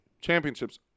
championships